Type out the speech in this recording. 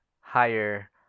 higher